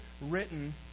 written